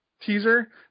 teaser